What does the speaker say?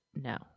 no